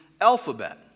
alphabet